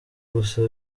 gusa